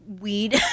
weed